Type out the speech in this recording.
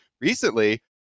recently